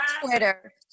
Twitter